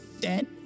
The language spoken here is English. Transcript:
dead